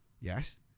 Yes